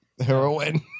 heroin